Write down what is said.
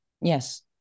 Yes